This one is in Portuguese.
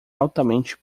altamente